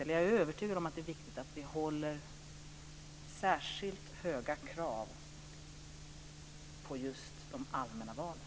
Men jag är övertygad om att det är viktigt att vi bibehåller särskilt höga krav på just de allmänna valen.